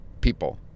people